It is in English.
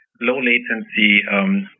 low-latency